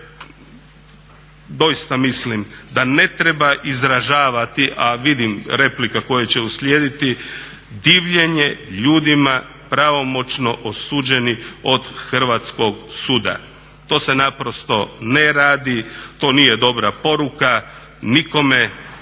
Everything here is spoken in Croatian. Da, doista mislim da ne treba izražavati, a vidim replike koje će uslijediti, divljenje ljudima pravomoćno osuđenim od Hrvatskog suda. To se naprosto ne radi, to nije dobra poruka nikome,